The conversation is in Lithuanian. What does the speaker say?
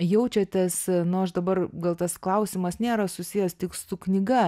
jaučiatės nors dabar gal tas klausimas nėra susijęs tik su knyga